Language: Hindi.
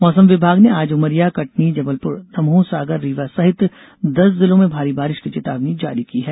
मौसम विभाग ने आज उमरिया कटनी जबलपुर दमोह सागर रीवा सहित दस जिलों में भारी बारिश की चेतावनी जारी की है